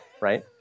right